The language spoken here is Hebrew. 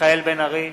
מיכאל בן-ארי,